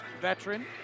veteran